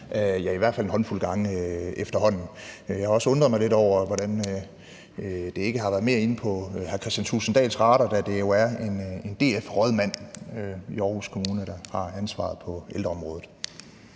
ja, i hvert fald en håndfuld gange efterhånden. Jeg har også undret mig lidt over, hvordan det ikke har været mere inde på hr. Kristian Thulesen Dahls radar, da det jo er en DF-rådmand i Aarhus Kommune, der har ansvaret på ældreområdet.